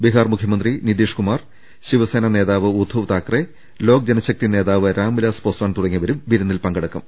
ബീഹാർ മുഖ്യമന്ത്രി നിധീഷ് കുമാർ ശിവസേന നേതാവ് ഉദ്ധവ് താക്കറെ ലോക്ജനശക്തി നേതാവ് രാംവിലാസ് പസ്വാൻ തുടങ്ങിയവരും വിരു ന്നിൽ പങ്കെടുക്കും